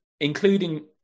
including